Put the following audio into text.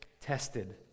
tested